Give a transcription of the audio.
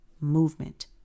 movement